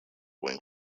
wing